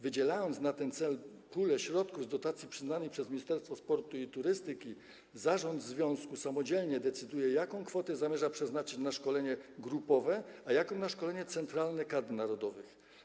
Wydzielając na ten cel pulę środków z dotacji przyznanej przez Ministerstwo Sportu i Turystyki, zarząd związku samodzielnie decyduje, jaką kwotę zamierza przeznaczyć na szkolenie grupowe, a jaką na szkolenie centralne kadr narodowych.